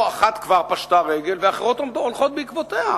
אחת כבר פשטה רגל, והאחרות הולכות בעקבותיה,